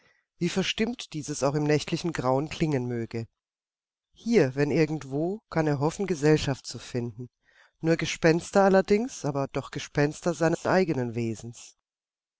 wie verstimmt dieses auch im nächtigen grauen klingen möge hier wenn irgendwo kann er hoffen gesellschaft zu finden nur gespenster allerdings aber doch gespenster seines eigenen wesens